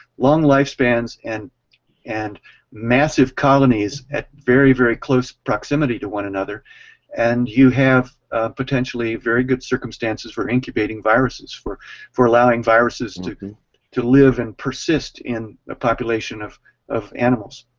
long life spans and and massive colonies, at very very close proximity to one another and you have potentially very good circumstances for incubating viruses, for for allowing viruses and to to live and persist in a population of of animals.